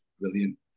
brilliant